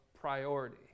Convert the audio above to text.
priority